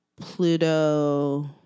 Pluto